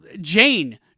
Jane